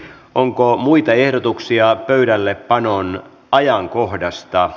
onko muita ehdotuksia pöydällepanon ajankohdasta